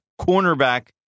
cornerback